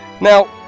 Now